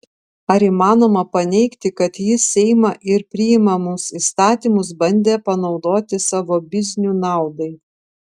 ar įmanoma paneigti kad jis seimą ir priimamus įstatymus bandė panaudoti savo biznių naudai